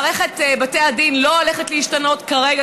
מערכת בתי הדין לא הולכת להשתנות כרגע,